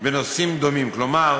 בנושאים דומים, כלומר